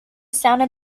sounded